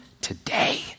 today